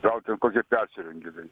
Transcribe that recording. gal ten kokie persirengėliai